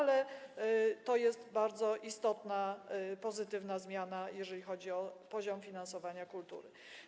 Ale to jest bardzo istotna, pozytywna zmiana, jeżeli chodzi o poziom finansowania kultury.